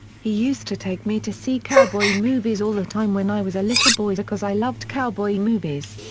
he used to take me to see cowboy movies all the time when i was a little boy because i loved cowboy movies.